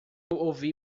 ouvi